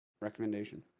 recommendation